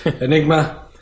Enigma